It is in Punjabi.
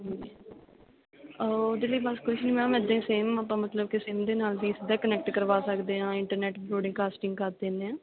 ਉਹਦੇ ਲਈ ਬਸ ਕੁਛ ਨਹੀਂ ਮੈਮ ਇੱਦਾਂ ਹੀ ਸੇਮ ਆਪਾਂ ਮਤਲਬ ਕਿ ਸਿਮ ਨਾਲ ਵੀ ਸਿੱਧਾ ਕਨੈਕਟ ਕਰਵਾ ਸਕਦੇ ਹਾਂ ਇੰਟਰਨੈਟ ਬਰੋਡਕਾਸਟਿੰਗ ਕਰ ਦਿੰਦੇ ਹਾਂ